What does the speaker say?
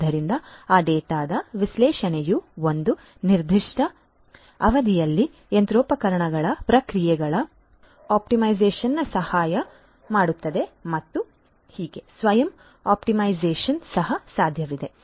ಆದ್ದರಿಂದ ಆ ಡೇಟಾದ ವಿಶ್ಲೇಷಣೆಯು ಒಂದು ನಿರ್ದಿಷ್ಟ ಅವಧಿಯಲ್ಲಿ ಯಂತ್ರೋಪಕರಣಗಳ ಪ್ರಕ್ರಿಯೆಗಳ ಆಪ್ಟಿಮೈಸೇಶನ್ಗೆ ಸಹಾಯ ಮಾಡುತ್ತದೆ ಮತ್ತು ಹೀಗೆ ಸ್ವಯಂ ಆಪ್ಟಿಮೈಸೇಶನ್ ಸಹ ಸಾಧ್ಯವಿದೆ